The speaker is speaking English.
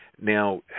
Now